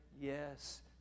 yes